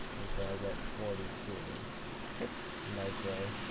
and so i get forty two oops micrometers,